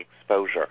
exposure